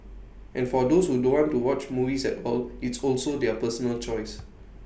and for those who don't want to watch movies at all it's also their personal choice